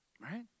Right